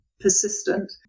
persistent